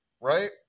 Right